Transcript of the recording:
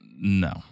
No